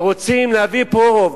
ורוצים להביא לפה רוב.